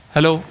Hello